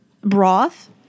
broth